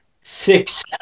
six